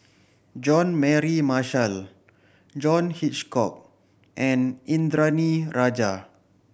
Jean Mary Marshall John Hitchcock and Indranee Rajah